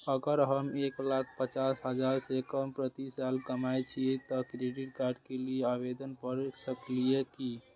अगर हम एक लाख पचास हजार से कम प्रति साल कमाय छियै त क्रेडिट कार्ड के लिये आवेदन कर सकलियै की?